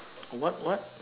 what what